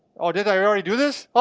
ah did i already do this?